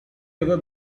ever